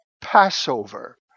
Passover